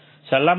સલામતી પહેલા